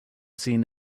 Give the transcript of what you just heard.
seen